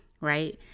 right